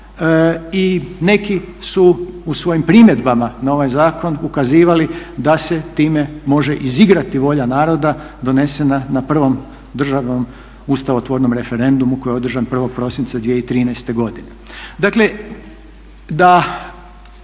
i neki su u svojim primjedbama na ovaj zakon ukazivali da se time može izigrati volja naroda donesena na prvom državnom ustavotvornom referendumu koji je održan 1. prosinca 2013. godine. Dakle, da